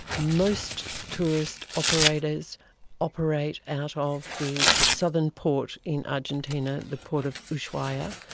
most tourist operators operate out of the southern port in argentina, the port of ushuaia,